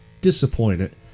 disappointed